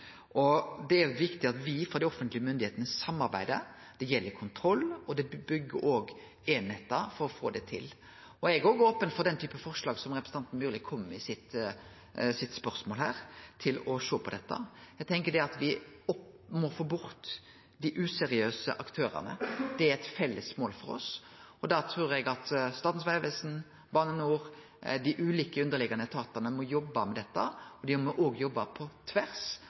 og det er viktig at me frå dei offentlege myndigheitene samarbeider – det gjeld kontroll og å byggje einingar for å få det til. Eg er òg open for den typen forslag som representanten Myrli kom med i sitt spørsmål, og til å sjå på dette. Eg tenkjer at me må få bort dei useriøse aktørane. Det er eit felles mål for oss. Da trur eg at Statens vegvesen, Bane NOR, dei ulike underliggjande etatane må jobbe med dette, og dei må òg jobbe på tvers